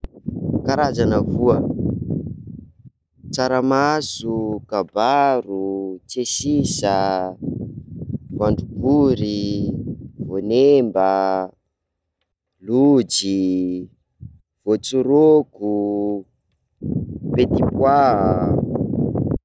Karazana voa: tsaramaso, kabaro, tsiasisa, voanjobory, voanemba, lojy, voatsiroko, petit pois.